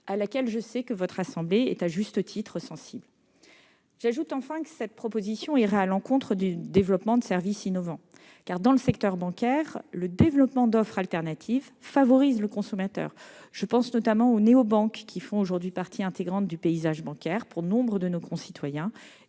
à laquelle je sais votre assemblée à juste titre sensible. J'ajoute enfin que cette proposition irait à l'encontre du développement de services innovants. En effet, dans le secteur bancaire, le développement d'offres alternatives favorise le consommateur. Je pense notamment aux néo-banques, qui font partie intégrante du paysage bancaire pour nombre de nos concitoyens